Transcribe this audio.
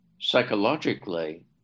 psychologically